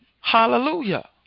Hallelujah